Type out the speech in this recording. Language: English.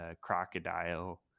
crocodile